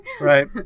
Right